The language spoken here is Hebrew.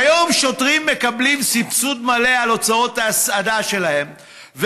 כיום שוטרים מקבלים סבסוד מלא על הוצאות ההסעדה שלהם,